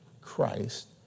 Christ